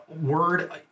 Word